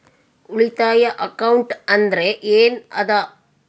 ಉಳಿತಾಯ ಅಕೌಂಟ್ ಅಂದ್ರೆ ಏನ್ ಅದ?